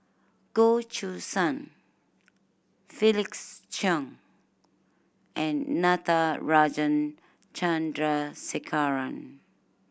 Goh Choo San Felix Cheong and Natarajan Chandrasekaran